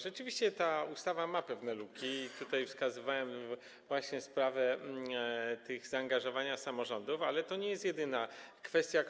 Rzeczywiście ta ustawa ma pewne luki i wskazywałem właśnie sprawę zaangażowania samorządów, ale to nie jest jedyna kwestia,